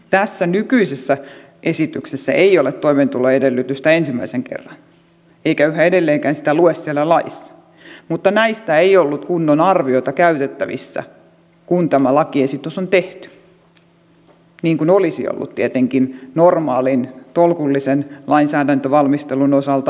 tässä nykyisessä esityksessä ei ole toimeentuloedellytystä ensimmäisen kerran eikä yhä edelleenkään sitä lue siellä laissa mutta näistä ei ollut kunnon arviota käytettävissä kun tämä lakiesitys on tehty niin kuin olisi ollut tietenkin normaalin tolkullisen lainsäädäntövalmistelun osalta tarve tehdä